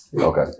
Okay